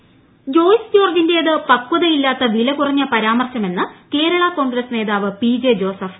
J Joseph Joyce ജോർജിന്റേത് പകതയില്ലാത്ത വില കുറഞ്ഞ പരാമർശമെന്ന് കേരളാ കോൺഗ്രസ് നേതാവ് പി ജെ ജോസഫ്